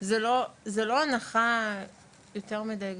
זו לא הנחה יותר מידי גדולה,